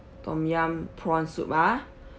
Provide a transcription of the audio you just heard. tom yum prawn soup ah